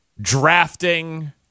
drafting